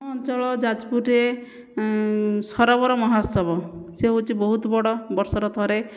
ମୋ ଅଞ୍ଚଳ ଯାଜପୁରରେ ଏଁ ସରବର ମହୋତ୍ସବ ସେ ହେଉଛି ବହୁତ ବଡ଼ ବର୍ଷର ଥରେ